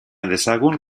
dezagun